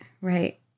Right